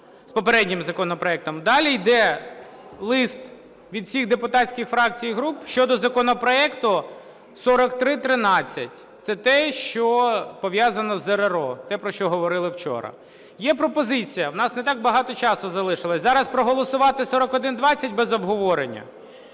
Далі йде лист від усіх депутатських фракцій і груп щодо законопроекту 4313. Це те, що пов'язано з РРО, те, про що говорили вчора. Є пропозиція, у нас не так багато часу залишилось, зараз проголосувати 4120 без обговорення.